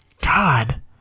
God